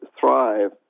thrive